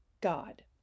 God